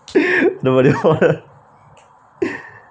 nobody know